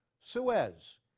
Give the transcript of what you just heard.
Suez